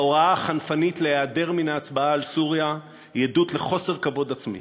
ההוראה החנפנית להיעדר מן ההצבעה על סוריה היא עדות לחוסר כבוד עצמי.